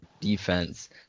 defense